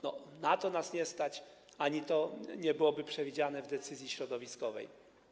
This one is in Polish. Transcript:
Na to nas nie stać ani to nie było przewidziane w decyzji środowiskowej.